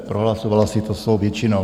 Prohlasovala si to svou většinou.